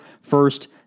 first